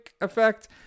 effect